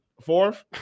Fourth